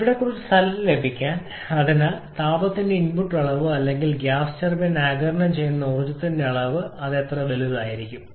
ഇവിടെ കുറച്ച് സ്ഥലം ലഭിക്കാൻ അതിനാൽ താപ ഇൻപുട്ടിന്റെ അളവ് അല്ലെങ്കിൽഗ്യാസ് ടർബൈൻ ആഗിരണം ചെയ്യുന്ന ഊർജ്ജത്തിന്റെ അളവ് പിന്നെ അത് എത്രയായിരിക്കും